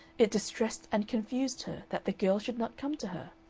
it distressed and confused her that the girl should not come to her.